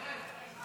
בבקשה, אדוני.